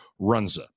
Runza